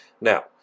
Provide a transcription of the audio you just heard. Now